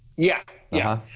yeah. yeah.